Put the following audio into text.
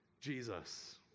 Jesus